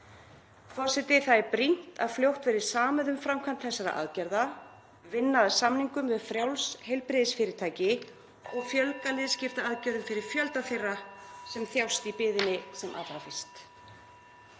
Forseti. Það er brýnt að fljótt verði samið um framkvæmd þessara aðgerða, vinna að samningum við frjáls heilbrigðisfyrirtæki og fjölga liðskiptaaðgerðum fyrir þann fjölda sem þjáist í biðinni, sem allra fyrst.